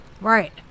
Right